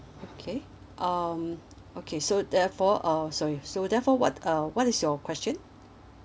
okay um okay so therefore uh sorry so therefore what uh what is your question